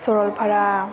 सरलफारा